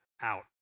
out